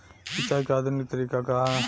सिंचाई क आधुनिक तरीका का ह?